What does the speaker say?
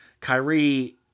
Kyrie